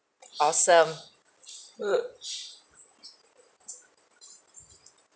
awesome